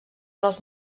dels